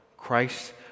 Christ